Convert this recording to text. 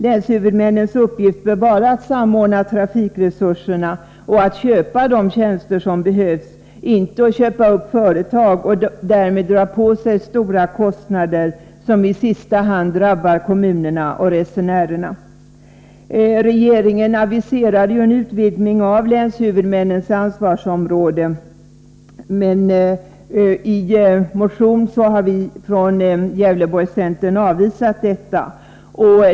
Länshuvudmännens uppgift bör vara att samordna trafikresurserna och att köpa de tjänster som behövs — inte att köpa upp företag och därmed dra på sig stora kostnader som i sista hand drabbar kommunerna och resenärerna. Regeringen aviserade ju en utvidgning av länshuvudmännens ansvarsområde, men i en motion har vi från Gävleborgscentern avvisat detta.